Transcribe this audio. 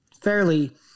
fairly